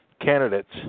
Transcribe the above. candidates